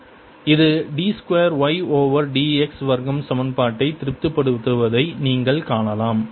இது d 2 y over dx வர்க்கம் சமன்பாட்டை திருப்திப்படுத்துவதை நீங்கள் காணலாம்